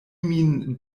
min